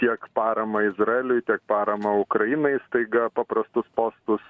tiek paramą izraeliui tiek paramą ukrainai staiga paprastus postus